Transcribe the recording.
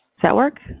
that work?